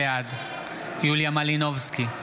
בעד יוליה מלינובסקי,